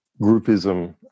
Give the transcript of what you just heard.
groupism